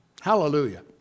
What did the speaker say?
Hallelujah